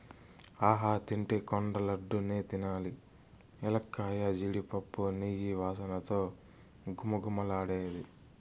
ఆహా తింటే కొండ లడ్డూ నే తినాలి ఎలక్కాయ, జీడిపప్పు, నెయ్యి వాసనతో ఘుమఘుమలాడే